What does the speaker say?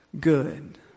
good